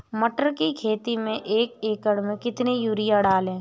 मटर की खेती में एक एकड़ में कितनी यूरिया डालें?